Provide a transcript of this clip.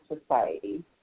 society